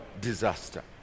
disaster